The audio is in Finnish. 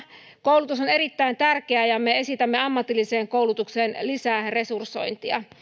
koulutus on erittäin tärkeää ja me esitämme ammatilliseen koulutukseen lisäresursointia